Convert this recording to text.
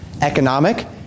economic